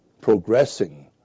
progressing